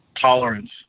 tolerance